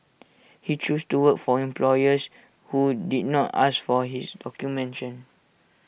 he chose to work for employers who did not ask for his documentation